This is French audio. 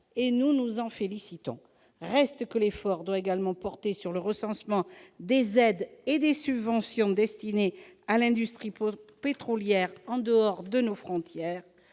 dont nous nous félicitons. Reste que l'effort doit également porter sur le recensement des aides et des subventions destinées à l'industrie pétrolière hors de nos frontières.